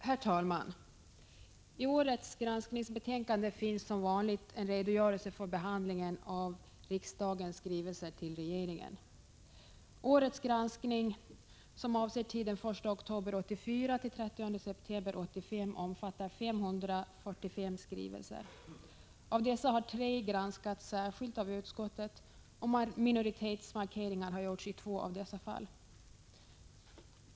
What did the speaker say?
Herr talman! I årets granskningsbetänkande finns som vanligt en redogörelse för behandlingen av riksdagens skrivelser till regeringen. Årets granskning, som avser tiden den 1 oktober 1984 till den 30 september 1985, omfattar 545 skrivelser. Av dessa har tre granskats särskilt av utskottet, och minoritetsmarkeringar har gjorts i två av dessa fall.